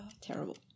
terrible